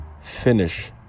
finish